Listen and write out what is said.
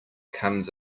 comes